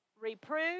Reprove